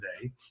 today